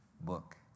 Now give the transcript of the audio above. book